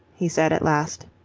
he said at last.